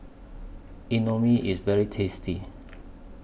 Imoni IS very tasty